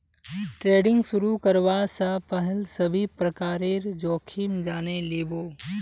trading शुरू करवा स पहल सभी प्रकारेर जोखिम जाने लिबो